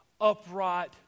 upright